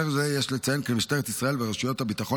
יש לציין כי למשטרת ישראל ולרשויות הביטחון